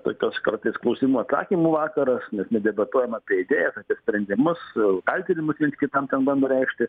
tokios kartais klausimų atsakymų vakaras nedebatuojama apie idėjas apie sprendimus kaltinimus viens kitam ten bando reikšti